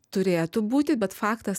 turėtų būti bet faktas